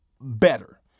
better